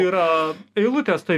yra eilutės toj